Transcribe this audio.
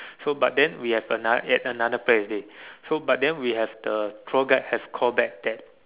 so but then we have another at another place already so but then we have the tour guide have call back that